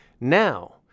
now